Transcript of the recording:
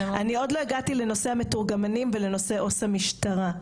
אני עוד לא הגעתי לנושא המתורגמנים ולנושא עו"ס המשטרה,